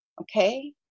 okay